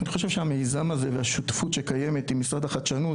אני חושב שהמיזם הזה והשותפות שקיימת עם משרד החדשנות